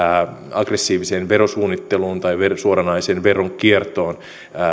aggressiiviseen verosuunnitteluun tai suoranaiseen veronkiertoon